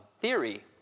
theory